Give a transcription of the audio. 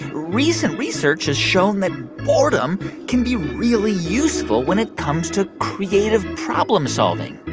recent research has shown that boredom can be really useful when it comes to creative problem-solving